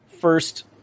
first